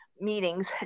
meetings